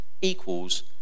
equals